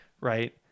right